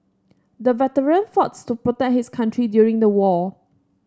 the veteran to protect his country during the war